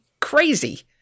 crazy